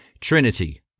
trinity